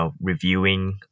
reviewing